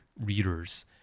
readers